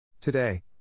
Today